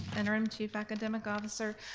interim chief academic officer.